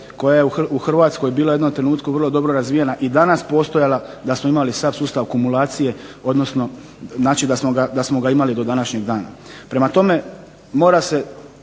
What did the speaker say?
koja je u Hrvatskoj bila u jednom trenutku vrlo dobro razvijena i danas postojala, da smo imali SAP sustav akumulacije, odnosno znači da smo ga imali do današnjeg dana. Prema tome mora se,